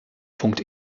punkt